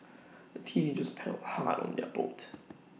the teenagers paddled hard on their boat